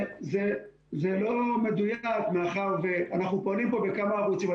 זה לא מדויק מאחר שאנחנו פועלים בכמה ערוצים.